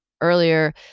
earlier